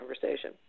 conversation